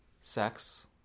Sex